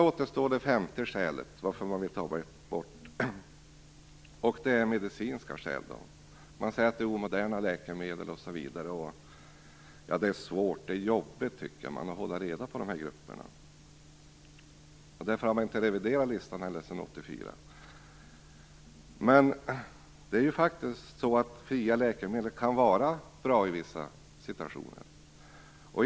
För det femte har vi det medicinska skälet. Man säger att dessa läkemedel är omoderna osv., och att det är svårt och jobbigt att hålla reda på de olika grupperna. Därför har inte heller listan reviderats sedan 1984. Men fria läkemedel kan faktiskt vara bra i vissa situationer.